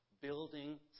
building